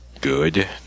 Good